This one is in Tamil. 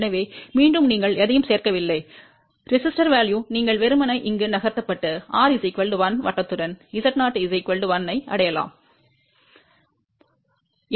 எனவே மீண்டும் நீங்கள் எதையும் சேர்க்கவில்லை மின்தடை மதிப்பு நீங்கள் வெறுமனே இங்கு நகர்த்தப்பட்டு r 1 வட்டத்துடன் z0 1 ஐ அடையலாம் புள்ளி